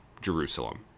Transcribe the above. Jerusalem